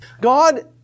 God